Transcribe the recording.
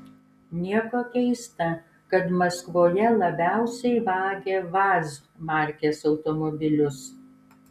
nieko keista kad maskvoje labiausiai vagia vaz markės automobilius